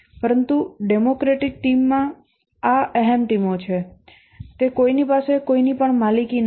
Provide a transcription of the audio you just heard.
પરંતુ democratic team માં આ અહમ ટીમો છે તે કોઈની પાસે કોઈની પણ માલિકી નથી